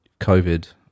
COVID